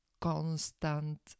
constant